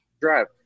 Drive